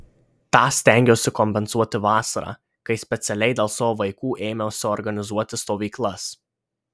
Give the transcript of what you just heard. tą stengiuosi kompensuoti vasarą kai specialiai dėl savo vaikų ėmiausi organizuoti stovyklas